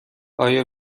آیا